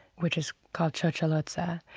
which is called tshotsholoza,